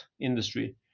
industry